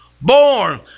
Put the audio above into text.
Born